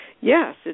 Yes